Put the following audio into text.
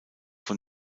von